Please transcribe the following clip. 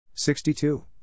62